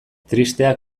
tristeak